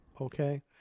okay